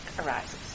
arises